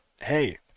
hey